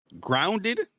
Grounded